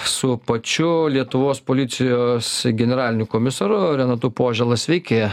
su pačiu lietuvos policijos generaliniu komisaru renatu požėla sveiki